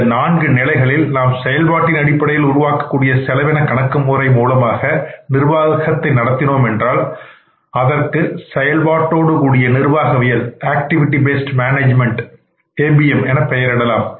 இந்த நான்கு நிலைகளில் நாம் செயல்பாட்டின் அடிப்படையில் உருவாகக்கூடிய செலவின கணக்கு முறையை மூலமாக நிர்வாகத்தை நடத்தினோம் என்றால் அதற்கு ஏபிஎம் ஆக்டிவிட்டி பேஸ்ட் மேனேஜ்மென்ட் என பெயரிடலாம்